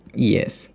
yes